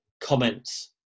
comments